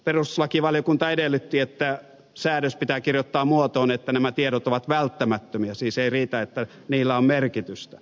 perustuslakivaliokunta edellytti että säädös pitää kirjoittaa muotoon että nämä tiedot ovat välttämättömiä siis ei riitä että niillä on merkitystä